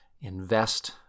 invest